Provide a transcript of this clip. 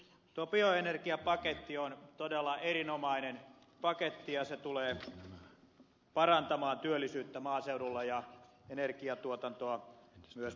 tuo bioenergiapaketti on todella erinomainen paketti ja se tulee parantamaan työllisyyttä maaseudulla ja energiantuotantoa myös paikallisesti